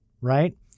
right